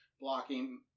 blocking